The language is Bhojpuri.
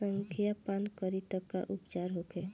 संखिया पान करी त का उपचार होखे?